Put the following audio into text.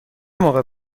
موقع